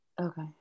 Okay